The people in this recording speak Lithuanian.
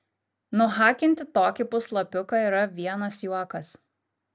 nuhakinti tokį puslapiuką yra vienas juokas